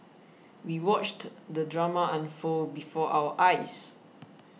we watched the drama unfold before our eyes